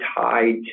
tied